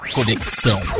Conexão